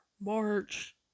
March